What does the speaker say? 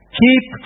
keep